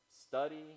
study